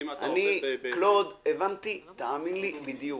אתה עובד ב --- תאמין לי שהבנתי בדיוק.